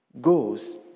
goes